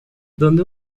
donde